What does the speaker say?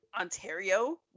Ontario